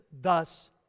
thus